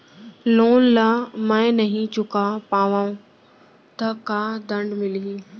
Loan ला मैं नही चुका पाहव त का दण्ड मिलही?